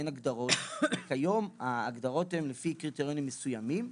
אין הגדרות ההגדרות הן לפי קריטריונים מסוימים.